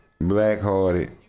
Blackhearted